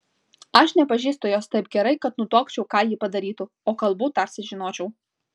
aš nepažįstu jos taip gerai kad nutuokčiau ką ji padarytų o kalbu tarsi žinočiau